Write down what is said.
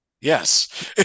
Yes